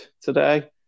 today